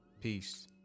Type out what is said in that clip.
Peace